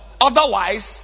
Otherwise